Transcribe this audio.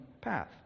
path